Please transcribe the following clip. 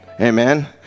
Amen